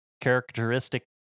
characteristic